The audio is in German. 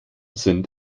sind